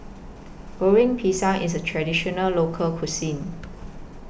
Goreng Pisang IS A Traditional Local Cuisine